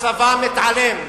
הצבא מתעלם.